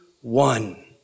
one